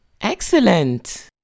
Excellent